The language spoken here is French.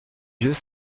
vieux